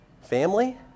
family